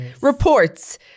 reports